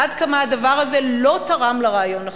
עד כמה הדבר הזה לא תרם לרעיון החינוכי.